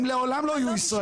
הם לעולם לא יהיו ישראלים.